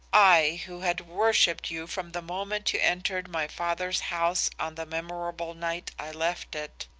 i who had worshipped you from the moment you entered my father's house on the memorable night i left it,